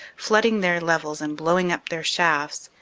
flooding their levels and blowing up their shafts,